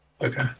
Okay